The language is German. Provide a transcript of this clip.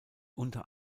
unter